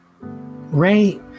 Ray